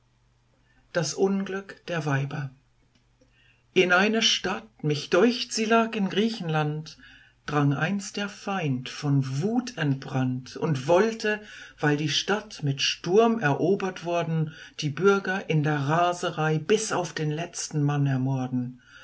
das unglück der weiber in eine stadt mich deucht sie lag in griechenland drang einst der feind von wut entbrannt und wollte weil die stadt mit sturm erobert worden die bürger in der raserei bis auf den letzten mann ermorden